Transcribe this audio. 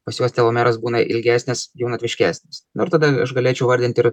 pas juos telomeras būna ilgesnis jaunatviškesnis nu ir tada aš galėčiau vardint ir